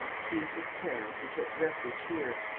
seized with terror, you took refuge here,